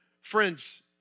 Friends